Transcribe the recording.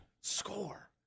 Score